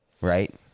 right